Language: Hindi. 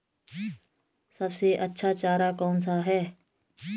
सबसे अच्छा चारा कौन सा है?